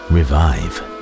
Revive